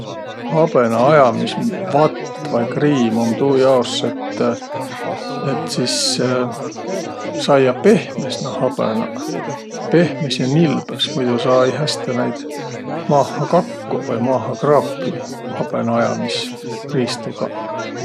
Habõnaajamisvatt vai -kriim um tuujaos, et, et sis saiaq pehmes naaq habõnaq. Pehmes ja nilbõs, muido saa-ai häste naid maaha kakkuq vai maaha kraapiq habõnaajamisriistugaq.